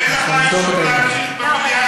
אין לך אישור, במליאה.